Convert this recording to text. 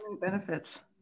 benefits